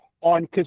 on